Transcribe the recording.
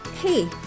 Hey